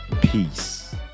Peace